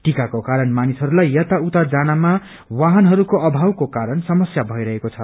टिकाको कारण मानिसहरूलाई यता उता जानमा वाहनहरूको अभावको कारण समस्या भइरहेको छ